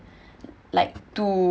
like to